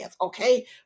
okay